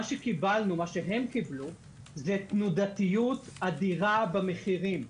שהן קיבלו תנודתיות אדירה במחירים.